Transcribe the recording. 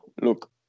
Look